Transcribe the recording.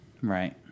Right